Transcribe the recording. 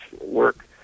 work